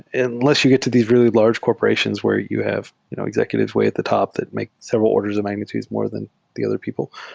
and unless you get to these really large corporations where you have executives way at the top that make several orders of magnitudes more than the other people.